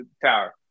Tower